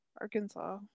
Arkansas